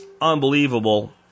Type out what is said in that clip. unbelievable